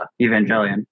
evangelion